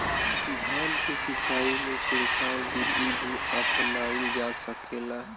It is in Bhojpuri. धान के सिचाई में छिड़काव बिधि भी अपनाइल जा सकेला?